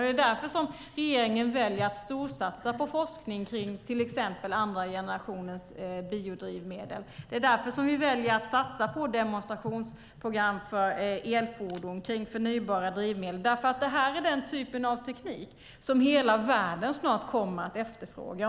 Det är därför som regeringen väljer att storsatsa på forskning kring till exempel andra generationens biodrivmedel. Det är därför som vi väljer att satsa på demonstrationsprogram för elfordon kring förnybara drivmedel, för det här är den typ av teknik som hela världen snart kommer att efterfråga.